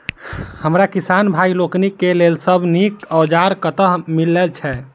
हमरा किसान भाई लोकनि केँ लेल सबसँ नीक औजार कतह मिलै छै?